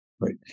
right